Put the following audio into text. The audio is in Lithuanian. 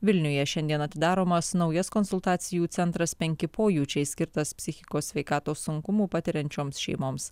vilniuje šiandien atidaromas naujas konsultacijų centras penki pojūčiai skirtas psichikos sveikatos sunkumų patiriančioms šeimoms